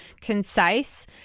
concise